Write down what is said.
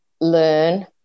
learn